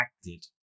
acted